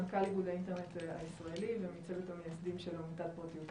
מנכ"ל איגוד האינטרנט הישראלי ומצוות המייסדים של עמותת פרטיות ישראל.